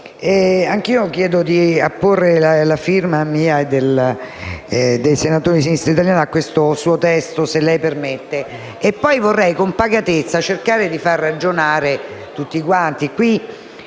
anch'io chiedo di apporre la mia firma e quella dei senatori di Sinistra Italiana a questo suo testo, se lei permette. Poi vorrei con pacatezza cercare di far ragionare tutti quanti.